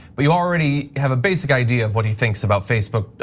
but you already have a basic idea of what he thinks about facebook,